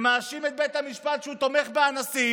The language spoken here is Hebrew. ומאשים את בית המשפט שהוא תומך באנסים,